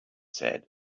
said